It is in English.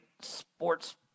sports